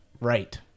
Right